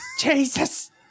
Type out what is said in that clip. Jesus